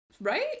right